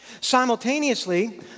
Simultaneously